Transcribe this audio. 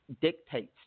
dictates